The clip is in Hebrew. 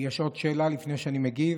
יש עוד שאלה לפני שאני מגיב?